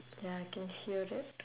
ya I can hear that